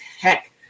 Heck